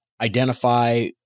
identify